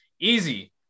Easy